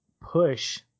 push